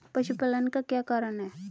पशुपालन का क्या कारण है?